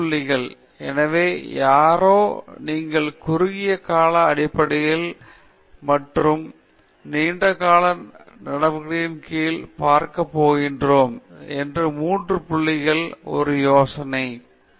மூன்று புள்ளிகள் எனவே யாரோ நீங்கள் குறுகிய கால நடவடிக்கைகள் மற்றும் நீண்ட கால நடவடிக்கைகள் கீழ் பார்க்க போகிறோம் என்று மூன்று புள்ளிகள் என்று ஒரு யோசனை பார்க்க மற்றும் மிகவும் எளிதானது